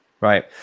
Right